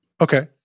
Okay